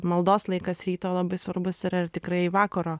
maldos laikas ryto labai svarbus ir ar tikrai vakaro